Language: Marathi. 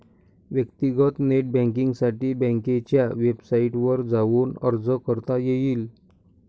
व्यक्तीगत नेट बँकींगसाठी बँकेच्या वेबसाईटवर जाऊन अर्ज करता येईल